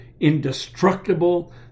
indestructible